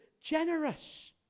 generous